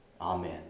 amen